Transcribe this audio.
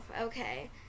Okay